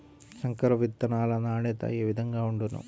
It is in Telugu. సంకర విత్తనాల నాణ్యత ఏ విధముగా ఉండును?